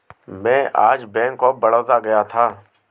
मैं आज bank of Baroda गया था